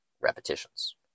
repetitions